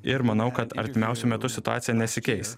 ir manau kad artimiausiu metu situacija nesikeis